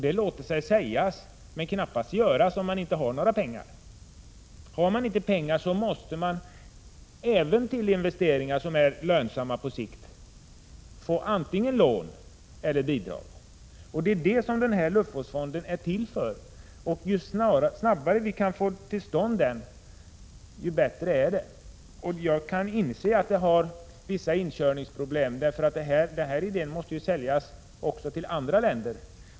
Detta låter sig sägas men knappast göras, om man inte har några pengar. Har man inte pengar måste man även till investeringar som är lönsamma på sikt få antingen lån eller bidrag. Det är det som luftvårdsfonden skall vara till för, och ju snabbare vi kan få till stånd en sådan fond, desto bättre är det. Vi kan inse att det finns vissa inkörningsproblem, eftersom idén måste säljas till andra länder.